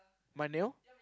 my nail